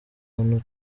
bantu